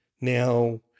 Now